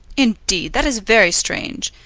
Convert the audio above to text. indeed that is very strange.